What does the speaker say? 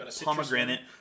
pomegranate